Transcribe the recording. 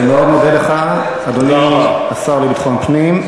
אני מאוד מודה לך, אדוני השר לביטחון פנים.